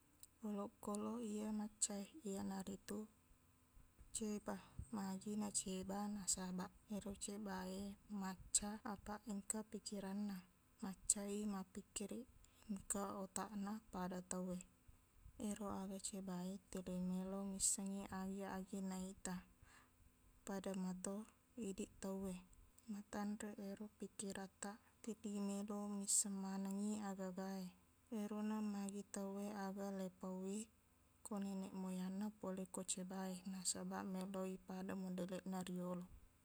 Olokkoloq iya macca e iyanaritu ceba magina ceba nasabaq ero ceba e macca apaq engka pikiranna maccai mappikkiriq engka otakna pada tauwe ero aga ceba e telimeloq missengngi agi-agi naita pada mato idiq tauwe matanre ero pikirattaq telli meloq missengngi aga-aga e erona magi tauwe aga leipauwi ko nenek moyangna pole ko ceba e nasabaq meloq i pada modelekna riyolo